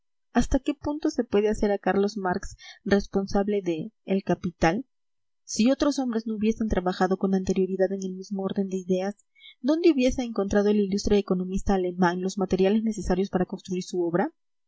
hasta qué punto se puede hacer a carlos marx responsable de el capital si otros hombres no hubiesen trabajado con anterioridad en el mismo orden de ideas dónde hubiese encontrado el ilustre economista alemán los materiales necesarios para construir su obra